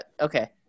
Okay